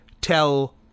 tell